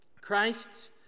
Christ's